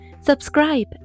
Subscribe